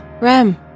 Rem